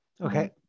Okay